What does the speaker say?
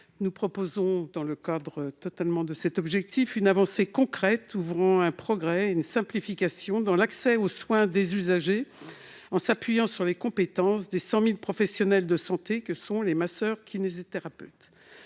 Nous proposons, dans le cadre de cet objectif, une avancée concrète, ouvrant un progrès et une simplification dans l'accès aux soins des usagers, qui consiste à s'appuyer sur les compétences des 100 000 professionnels de santé que sont les masseurs-kinésithérapeutes.